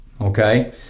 Okay